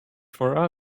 for